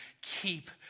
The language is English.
keep